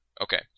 Okay